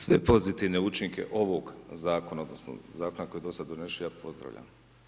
Sve pozitivne učinke ovog Zakona odnosno Zakona koji je do sad donesen ja pozdravljam.